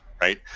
right